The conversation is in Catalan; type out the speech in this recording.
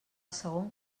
segon